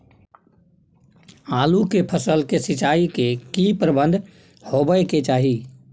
आलू के फसल के सिंचाई के की प्रबंध होबय के चाही?